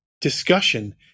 discussion